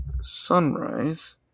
sunrise